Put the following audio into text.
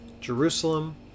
Jerusalem